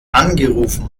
angerufen